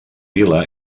vila